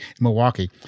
Milwaukee